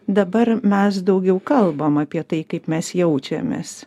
dabar mes daugiau kalbam apie tai kaip mes jaučiamės